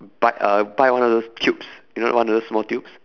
but uh buy one of those tubes you know one of those small tubes